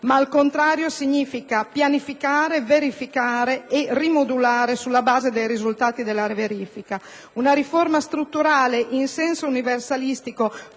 ma, al contrario, significa pianificare, verificare, e rimodulare sulla base dei risultati della verifica. Una riforma strutturale, in senso universalistico